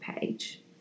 page